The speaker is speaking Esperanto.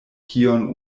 kion